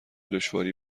دشواری